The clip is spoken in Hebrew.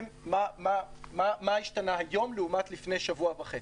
מה השתנה היום לעומת לפני שבוע וחצי?